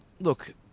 look